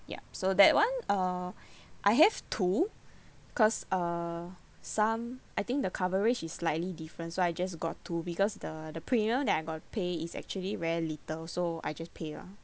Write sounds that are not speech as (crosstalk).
yup so that [one] uh (breath) I have two cause uh some I think the coverage is slightly different so I just got two because the the premium that I got to pay is actually very little so I just pay lah